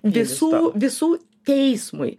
visų visų teismui